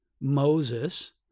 Moses